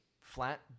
flat